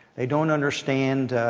they don't understand